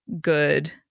good